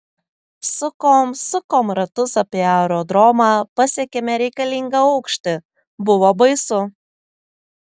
sukom sukom ratus apie aerodromą pasiekėme reikalingą aukštį buvo baisu